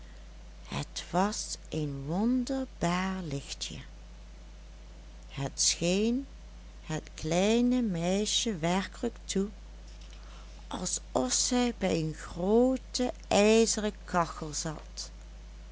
het was een wonderbaar lichtje het scheen het kleine meisje werkelijk toe alsof zij bij een groote ijzeren kachel zat